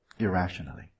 irrationally